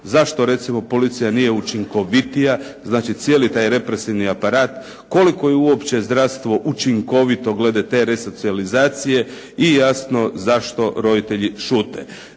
Zašto recimo policija nije učinkovitija, znači taj cijeli represivni aparat? Koliko je uopće zdravstvo učinkovito glede te resocijalizacije? I jasno zašto roditelji šute?